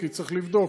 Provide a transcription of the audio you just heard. כי צריך לבדוק,